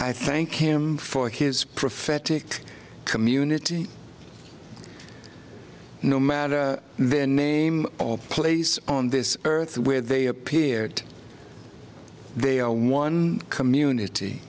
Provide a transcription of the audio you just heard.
i thank him for his prophetic community no matter the name of place on this earth where they appeared they are one community